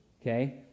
Okay